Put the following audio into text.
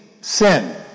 sin